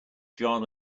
john